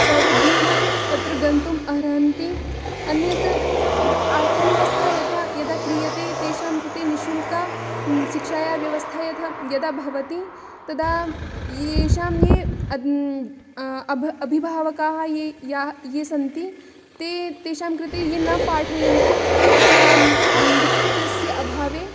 सौविध्येन तत्र गन्तुम् अर्हन्ति अन्यत् आर्थिकव्यवस्था यथा यदा क्रियते तेषां कृते निश्शुल्कशिक्षायाः व्यवस्था यथा यदा भवति तदा येषां ये अभिभावकाः ये या ये सन्ति ते तेषां कृते ये न पाठयन्ति पुनः वित्तस्य अभावे